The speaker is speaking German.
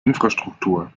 infrastruktur